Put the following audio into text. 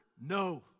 No